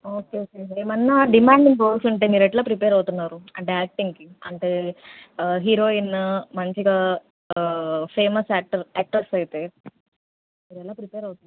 okay sir ఏమైనా demanding roles ఉంటే మీరెలా ప్రిపేర్ అవుతున్నారు అంటే యాక్టింగ్కి అంటే హీరోయిన్ మంచిగా ఫేమస్ యాక్టర్ యాక్టర్స్ అయితే మీరెలా ప్రిపేర్ అవుతున్నారు